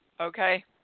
okay